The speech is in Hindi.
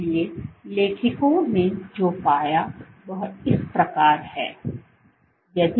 इसलिए लेखकों ने जो पाया वह इस प्रकार है